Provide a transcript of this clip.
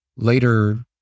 Later